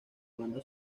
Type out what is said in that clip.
banda